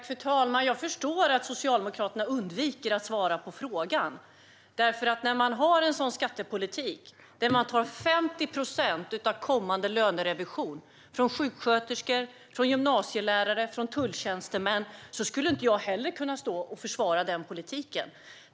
Fru talman! Jag förstår att Socialdemokraterna undviker att svara på frågan. Om man har en skattepolitik där man tar 50 procent av kommande lönerevision från sjuksköterskor, gymnasielärare och tulltjänstemän skulle inte heller jag kunna försvara den politiken.